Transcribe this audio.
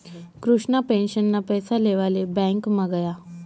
कृष्णा पेंशनना पैसा लेवाले ब्यांकमा गया